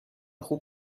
خوب